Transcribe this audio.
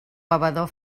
bevedor